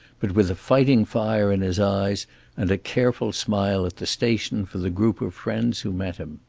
but with a fighting fire in his eyes and a careful smile at the station for the group of friends who met him.